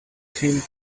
came